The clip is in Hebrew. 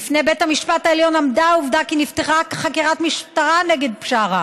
בפני בית המשפט העליון עמדה העובדה שנפתחה חקירת משטרה נגד בשארה